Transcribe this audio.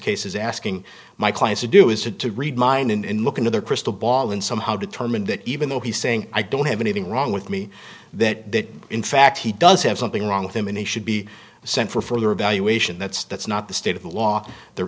case is asking my client to do is to to read mine and look into their crystal ball and somehow determine that even though he's saying i don't have anything wrong with me that in fact he does have something wrong with him and he should be sent for further evaluation that's that's not the state of the law there